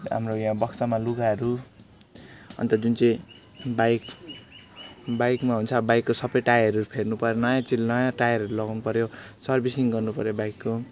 हाम्रो यहाँ बक्सामा लुगाहरू अन्त जुन चाहिँ बाइक बाइकमा हुन्छ बाइकको सबै टायरहरू फेर्नु पऱ्यो नयाँ चेन नयाँ टायरहरू लगाउनु पऱ्यो सर्भिसिङ गर्नु पऱ्यो बाइकको